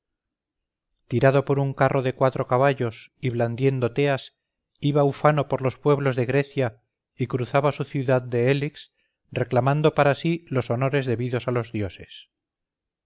tirado por un carro de cuatro caballos y blandiendo teas iba ufano por los pueblos de grecia y cruzaba su ciudad de élix reclamando para sí los honores debidos a los dioses